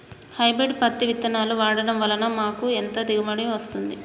Hybrid పత్తి విత్తనాలు వాడడం వలన మాకు ఎంత దిగుమతి వస్తుంది?